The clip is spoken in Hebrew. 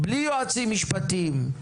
בלי יועצים משפטיים.